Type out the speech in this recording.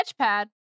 sketchpad